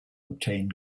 obtain